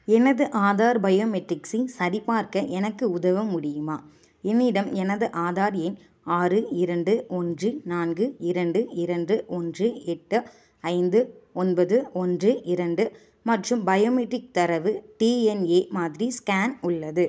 எனது ஆதார் பயோமெட்டிக்ஸை சரிபார்க்க எனக்கு உதவ முடியுமா என்னிடம் எனது ஆதார் எண் ஆறு இரண்டு ஒன்று நான்கு இரண்டு இரண்டு ஒன்று எட்டு ஐந்து ஒன்பது ஒன்று இரண்டு மற்றும் பயோமெட்டிக் தரவு டிஎன்ஏ மாதிரி ஸ்கேன் உள்ளது